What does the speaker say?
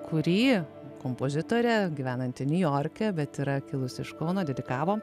kurį kompozitorė gyvenanti niujorke bet yra kilusi iš kauno dedikavo